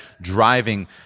driving